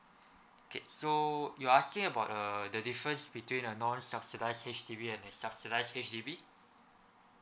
okay so you're asking about uh the difference between a non subsidised H_D_B and a subsidised H_D_B